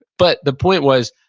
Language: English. but, the point was,